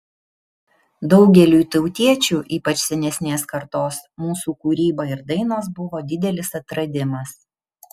daugeliui tautiečių ypač senesnės kartos mūsų kūryba ir dainos buvo didelis atradimas